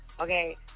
Okay